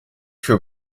für